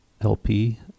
LP